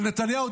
לנתניהו,